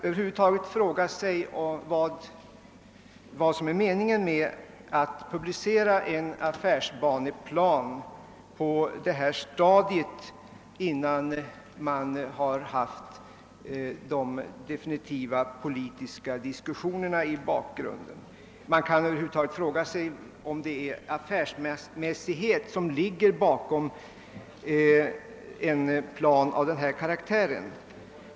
över huvud taget kan man fråga sig vad som är meningen med att publicera en affärsbaneplan på detta stadium innan ansvariga politiska instanser fått säga sitt. Man kan också ifrågasätta om det över huvud taget är affärsmässigt att driva planeringen på detta sätt.